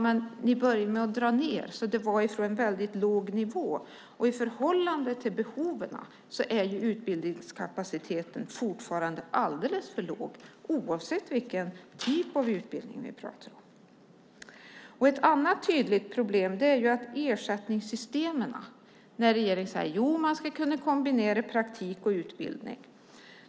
Men ni började med att dra ned, så det var från en väldigt låg nivå satsningarna gjordes, och i förhållande till behoven är utbildningskapaciteten fortfarande alldeles för låg oavsett vilken typ av utbildning vi pratar om. Ett annat tydligt problem är ersättningssystemen. Regeringen säger att man ska kunna kombinera praktik och utbildning.